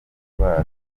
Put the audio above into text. ndwara